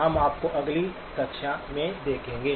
हम आपको अगली कक्षा में देखेंगे